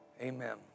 Amen